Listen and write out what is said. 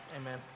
amen